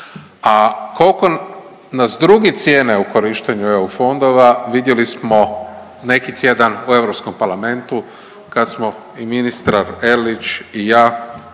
A koliko nas drugi cijene u korištenju EU fondova vidjeli smo neki tjedan u EP-u kad smo i ministra Erlić i ja